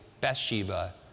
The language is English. Bathsheba